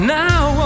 now